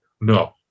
no